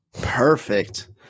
Perfect